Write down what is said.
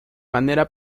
manera